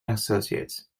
associates